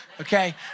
okay